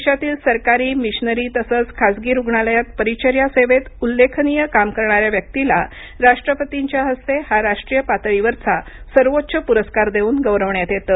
देशातील सरकारी मिशनरी तसंच खासगी रुग्णालयात परिचर्या सेवेत उल्लेखनीय काम करणाऱ्या व्यक्तीला राष्ट्रपतींच्या हस्ते हा राष्ट्रीय पातळीवरचा सर्वोच्च पुरस्कार देऊन गौरवण्यात येतं